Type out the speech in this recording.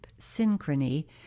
synchrony